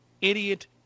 idiot